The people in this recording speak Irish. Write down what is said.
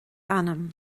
anam